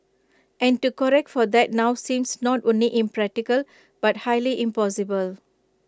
and to correct for that now seems not only impractical but highly impossible